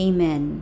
Amen